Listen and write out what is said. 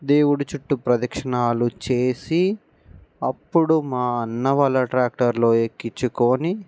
దేవుడి చుట్టూ ప్రదక్షిణాలు చేసి అప్పుడు మా అన్న వాళ్ళ ట్రాక్టర్లో ఎక్కించుకొని